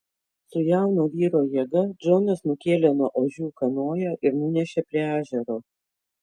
su jauno vyro jėga džonas nukėlė nuo ožių kanoją ir nunešė prie ežero